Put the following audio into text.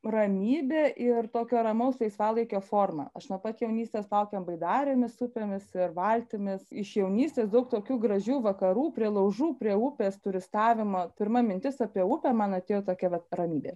ramybė ir tokio ramaus laisvalaikio forma aš nuo pat jaunystės plaukioju baidarėmis upėmis ir valtimis iš jaunystės daug tokių gražių vakarų prie laužų prie upės turistavimo pirma mintis apie upę man atėjo tokia vat ramybė